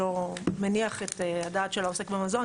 לא מניח את הדעת של העוסק במזון,